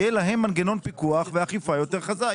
יהיה להם מנגנון פיקוח ואכיפה יותר חזק.